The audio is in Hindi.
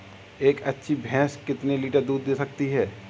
एक अच्छी भैंस कितनी लीटर दूध दे सकती है?